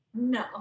No